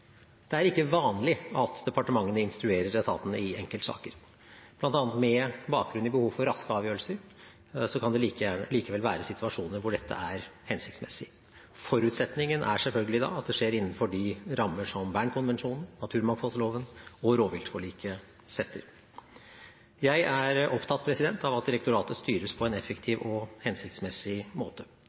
Det er ikke vanlig at departementene instruerer etatene i enkeltsaker. Blant annet med bakgrunn i behov for raske avgjørelser kan det likevel være situasjoner hvor dette er hensiktsmessig. Da er forutsetningen selvfølgelig at det skjer innenfor de rammer som Bernkonvensjonen, naturmangfoldloven og rovviltforliket setter. Jeg er opptatt av at direktoratet styres på en effektiv og hensiktsmessig måte.